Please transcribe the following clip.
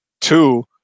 Two